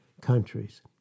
countries